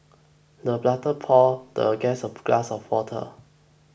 the butler poured the guest a glass of water